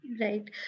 Right